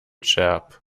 chap